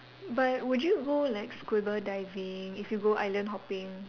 but would you go like scuba diving if you go island hopping